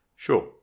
Sure